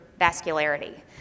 vascularity